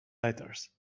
letters